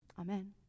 Amen